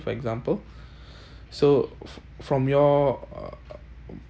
for example so fr~ from your uh